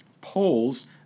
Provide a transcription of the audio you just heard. Polls